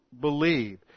believe